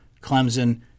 Clemson